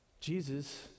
Jesus